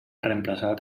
reemplaçat